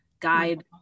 guide